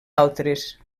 altres